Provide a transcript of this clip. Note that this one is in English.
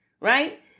right